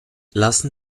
lassen